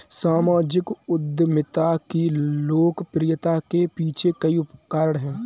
सामाजिक उद्यमिता की लोकप्रियता के पीछे कई कारण है